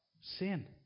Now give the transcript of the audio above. Sin